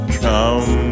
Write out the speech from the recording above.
come